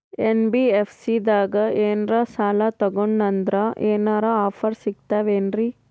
NBFC ದಾಗ ಏನ್ರ ಸಾಲ ತೊಗೊಂಡ್ನಂದರ ಏನರ ಆಫರ್ ಸಿಗ್ತಾವೇನ್ರಿ?